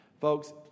Folks